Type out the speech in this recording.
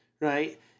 Right